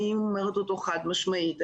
אני אומרת אותו חד משמעית,